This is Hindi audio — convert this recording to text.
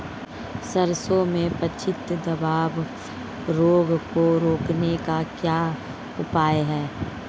सरसों में पत्ती धब्बा रोग को रोकने का क्या उपाय है?